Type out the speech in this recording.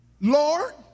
Lord